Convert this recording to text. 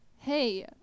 hey